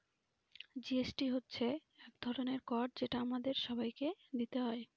GST হচ্ছে এক ধরনের কর যেটা আমাদের সবাইকে দিতে হয়